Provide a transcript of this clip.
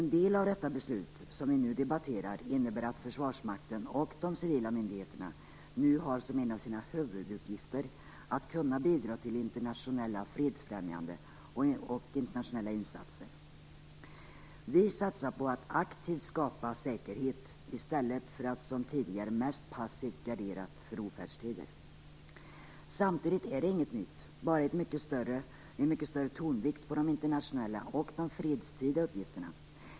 En del av detta beslut, som vi nu debatterar, innebär att försvarsmakten och de civila myndigheterna nu har som en av sina huvuduppgifter att kunna bidra till fredsfrämjande internationella insatser. Vi satsar på att aktivt skapa säkerhet i stället för att som tidigare mest passivt gardera för ofärdstider. Samtidigt är det inget nytt, bara en mycket större tonvikt vid de internationella och de fredstida uppgifterna.